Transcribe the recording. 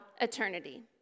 eternity